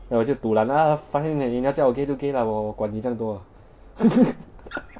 then 我 just dulan 他 lah fine leh 你要叫我 gay 就 gay lah 我管你这样多